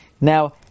Now